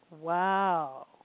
Wow